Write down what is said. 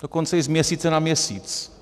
Dokonce i z měsíce na měsíc.